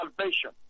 salvation